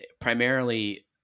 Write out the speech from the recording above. Primarily